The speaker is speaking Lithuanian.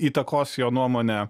įtakos jo nuomonę